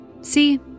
See